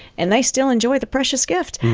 and they still enjoy the precious gift,